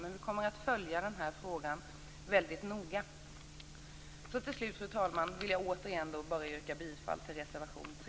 Vi kommer att följa frågan väldigt noga. Till slut, fru talman, vill jag återigen bara yrka bifall till reservation 3.